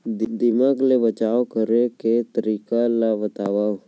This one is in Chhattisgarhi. दीमक ले बचाव करे के तरीका ला बतावव?